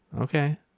okay